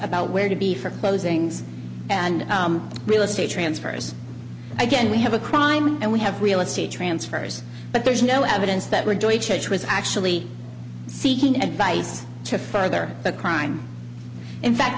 about where to be for closings and real estate transfers again we have a crime and we have real estate transfers but there's no evidence that we're doing change was actually seeking advice to further the crime in fact